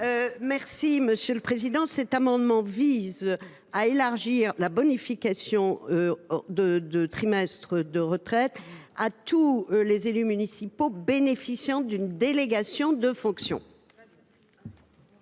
est à Mme le rapporteur. Cet amendement vise à élargir la bonification de trimestres de retraite à tous les élus municipaux bénéficiant d’une délégation de fonctions.